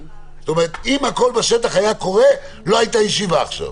אם הכול בשטח היה קורה לא הייתה ישיבה עכשיו,